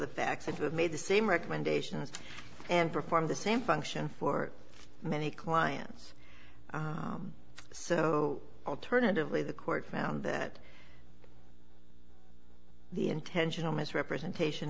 the facts and have made the same recommendations and perform the same function for many clients so alternatively the court found that the intentional misrepresentation